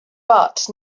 but